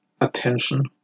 attention